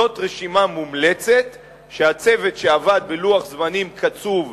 זאת רשימה מומלצת שהצוות, שעבד בלוח זמנים קצוב,